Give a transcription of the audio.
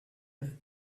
have